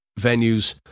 venues